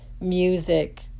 music